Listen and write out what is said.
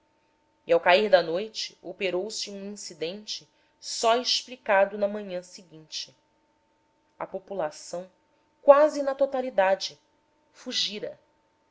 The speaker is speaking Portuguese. e ao cair da noite operou se um incidente só explicado na manhã seguinte a população quase na totalidade fugira